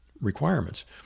requirements